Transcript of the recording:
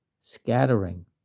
scattering